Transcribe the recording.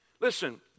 Listen